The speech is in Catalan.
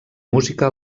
música